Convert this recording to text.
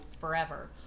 forever